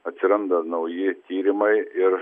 atsiranda nauji tyrimai ir